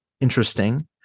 interesting